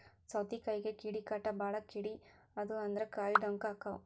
ಸೌತಿಕಾಯಿಗೆ ಕೇಡಿಕಾಟ ಬಾಳ ಕೇಡಿ ಆದು ಅಂದ್ರ ಕಾಯಿ ಡೊಂಕ ಅಕಾವ್